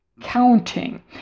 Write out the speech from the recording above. counting